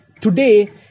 today